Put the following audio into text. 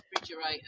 refrigerator